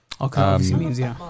okay